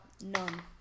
None